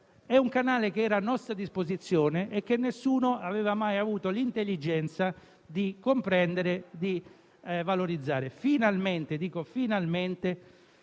di un canale che era a nostra disposizione e che nessuno aveva mai avuto l'intelligenza di comprendere e valorizzare. Finalmente questo